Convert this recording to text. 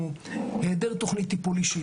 היעדר תוכנית טיפול אישית,